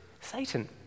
Satan